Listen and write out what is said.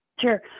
Sure